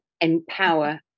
empower